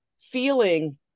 feeling